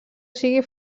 sigui